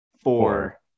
four